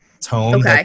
tone